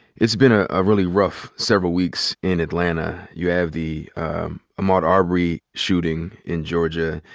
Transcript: it's been a ah really rough several weeks in atlanta. you have the ahmaud arbery shooting in georgia.